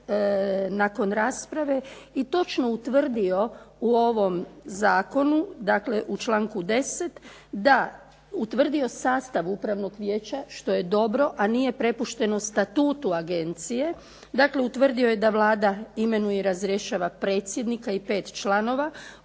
nakon rasprave i točno utvrdio u ovom Zakonu, dakle u članku 10. da utvrdio sastav upravnog vijeća što je dobro a nije prepušteno Statutu agencije, dakle utvrdio je da Vlada imenuje i razrješava predsjednika i 5 članova